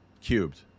Cubed